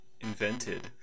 invented